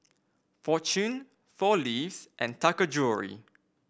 Fortune Four Leaves and Taka Jewelry